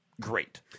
great